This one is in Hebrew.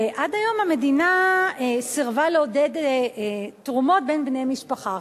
עד היום המדינה סירבה לעודד תרומות בין בני משפחה.